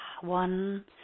one